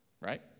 Right